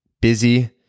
Busy